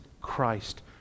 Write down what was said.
Christ